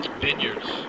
vineyards